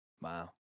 Wow